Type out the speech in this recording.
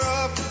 up